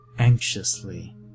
Anxiously